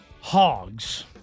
hogs